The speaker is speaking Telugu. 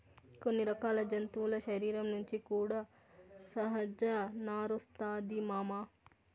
కొన్ని రకాల జంతువుల శరీరం నుంచి కూడా సహజ నారొస్తాది మామ